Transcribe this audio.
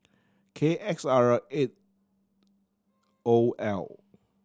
K X R eight O L